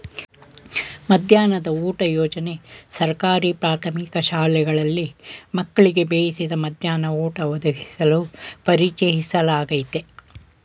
ಮಧ್ಯಾಹ್ನದ ಊಟ ಯೋಜನೆ ಸರ್ಕಾರಿ ಪ್ರಾಥಮಿಕ ಶಾಲೆಗಳಲ್ಲಿ ಮಕ್ಕಳಿಗೆ ಬೇಯಿಸಿದ ಮಧ್ಯಾಹ್ನ ಊಟ ಒದಗಿಸಲು ಪರಿಚಯಿಸ್ಲಾಗಯ್ತೆ